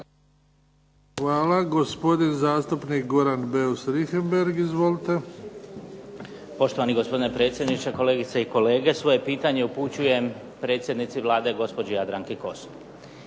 Hvala. Gospodin zastupnik Goran Beus Richembergh. Izvolite. **Beus Richembergh, Goran (HNS)** Poštovani gospodine predsjedniče, kolegice i kolege. Svoje pitanje upućujem predsjednici Vlade gospođi Jadranki Kosor.